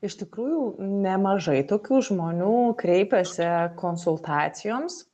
iš tikrųjų nemažai tokių žmonių kreipiasi konsultacijoms